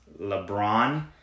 LeBron